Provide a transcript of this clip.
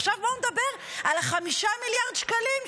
עכשיו בואו נדבר על 5 מיליארד שקלים,